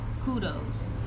kudos